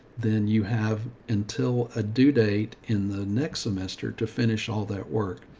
then you have until a due date in the next semester to finish all that work.